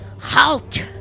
Halt